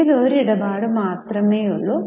ഇതിൽ ഒരു ഇടപാട് മാത്രമേ ഉള്ളു